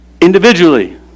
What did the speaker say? Individually